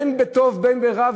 אם לטוב ואם לרע,